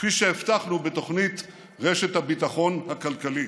כפי שהבטחנו בתוכנית רשת הביטחון הכלכלית.